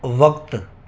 वक़्तु